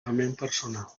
personal